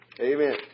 amen